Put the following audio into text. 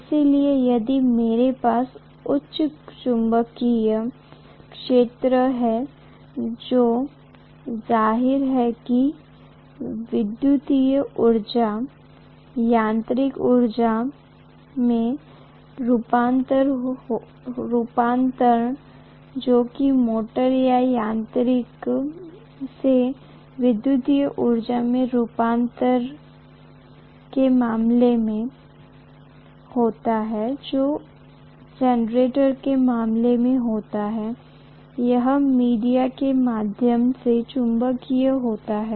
इसलिए यदि मेरे पास उच्च चुंबकीय क्षेत्र है तो जाहिर है कि विद्युत ऊर्जा यांत्रिक ऊर्जामें रूपांतरण जो कि मोटर या यांत्रिक से विद्युत ऊर्जा रूपांतरण के मामले में होता है जो जनरेटर के मामले में होता है यह मीडिया के माध्यम से चुंबकीय होता है